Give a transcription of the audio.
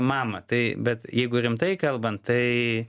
mamą tai bet jeigu rimtai kalbant tai